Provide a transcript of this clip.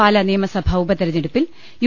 പാല നിയമസഭാ ഉപതിരഞ്ഞെടുപ്പിൽ യു